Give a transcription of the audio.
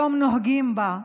היום היו נוהגים בה,